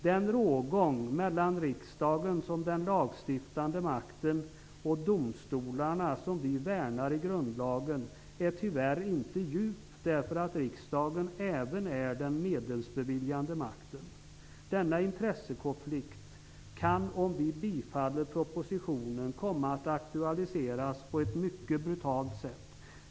Den rågång mellan riksdagen som den lagstiftande makten och domstolarna som vi värnar i grundlagen är tyvärr inte djup. Det beror på att riksdagen även är den medelsbeviljande makten. Denna intressekonflikt kan om vi bifaller propositionen komma att aktualiseras på ett mycket brutalt sätt.